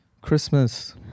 Christmas